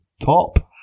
top